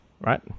right